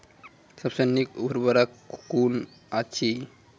सबसे नीक उर्वरक कून अछि?